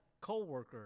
co-worker